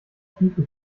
tiefe